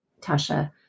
Tasha